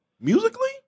musically